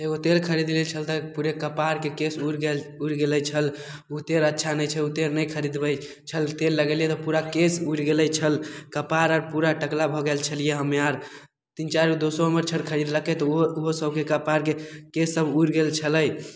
एगो तेल खरीदने छलै पूरे कपारके केश उड़ि गेल उड़ि गेल छल उ तेल अच्छा नहि छै उ तेल नहि खरीदबय छल तेल लगेलियै तऽ पूरा केश उड़ि गेलय छल कपार अर पूरा टकला भऽ गेल छलियै हम्मे अर तीन चारि गो दोस्तो हमर खरीदलकय तऽ उहो उहो सबके कपारके केश सब उड़ि गेल छलय